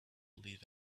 live